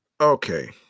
Okay